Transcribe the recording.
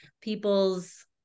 people's